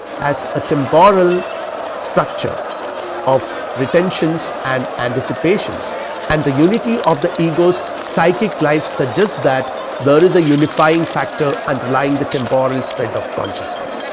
has a temporal structure of retentions and anticipations and the unity of the egos psychic life suggest that there is a unifying factor underlying the temporal spread of consciousness.